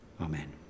Amen